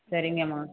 சரிங்கமா